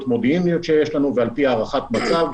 מודיעיניות שיש לנו ועל פי הערכת מצב,